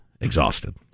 exhausted